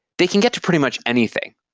they can get to pretty much anything,